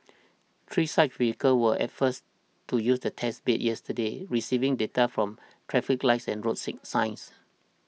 three such vehicles were at first to use the test bed yesterday receiving data from traffic lights and road seek signs